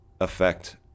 affect